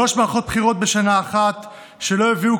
שלוש מערכות בחירות בשנה אחת שלא הביאו,